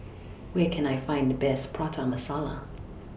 Where Can I Find The Best Prata Masala